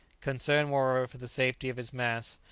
concerned, moreover, for the safety of his masts,